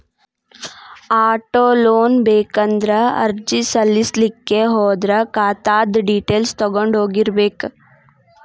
auto loan ಬೇಕಂದ್ರ ಅರ್ಜಿ ಸಲ್ಲಸ್ಲಿಕ್ಕೆ ಹೋದ್ರ ಖಾತಾದ್ದ್ ಡಿಟೈಲ್ಸ್ ತಗೊಂಢೊಗಿರ್ಬೇಕ್